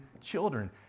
children